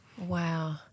Wow